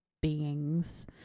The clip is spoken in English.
beings